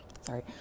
sorry